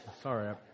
sorry